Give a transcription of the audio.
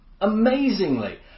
Amazingly